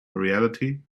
reality